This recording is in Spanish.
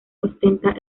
ostenta